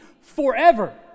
forever